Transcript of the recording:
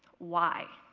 why?